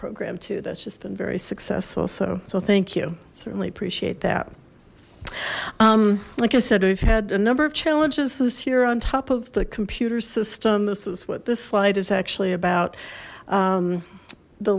program too that's just been very successful so so thank you certainly appreciate that like i said we've had a number of challenges this year on top of the computer system this is what this slide is actually about